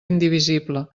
indivisible